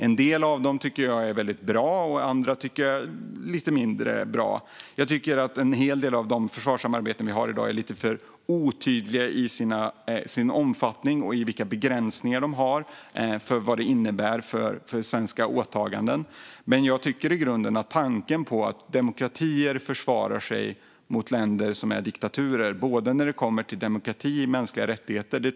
En del av dem tycker jag är väldigt bra, och andra tycker jag är lite mindre bra. Jag tycker att en hel del av de försvarssamarbeten vi har i dag är lite för otydliga i sin omfattning och om vilka begränsningar de har för svenska åtaganden. Men jag tycker i grunden att tanken att demokratier försvarar sig mot länder som är diktaturer när det gäller både demokrati och mänskliga rättigheter är bra.